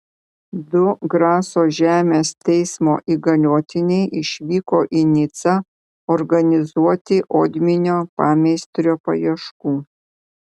du graso žemės teismo įgaliotiniai išvyko į nicą organizuoti odminio pameistrio paieškų